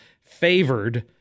favored